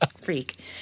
freak